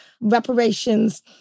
reparations